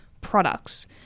products